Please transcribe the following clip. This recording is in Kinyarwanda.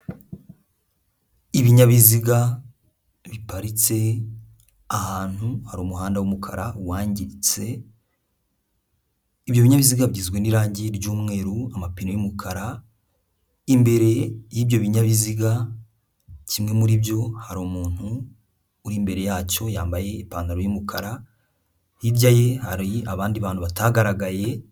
Ibinyabiziga biparitse ahantu hari umuhanda w'umukara wangiritse, ibyo binyabiziga bigizwe n'irangi ry'umweru, amapine y'umukara, imbere y'ibyo binyabiziga kimwe muri byo hari umuntu uri imbere yacyo yambaye ipantaro y'umukara, hirya ye hari abandi bantu batagaragaye.